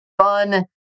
fun